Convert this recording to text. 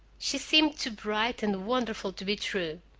she seemed too bright and wonderful to be true.